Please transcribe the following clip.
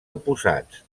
oposats